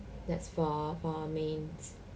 that's for for mains